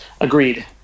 Agreed